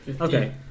Okay